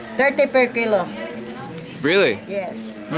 thirty per kilo really? yes.